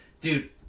Dude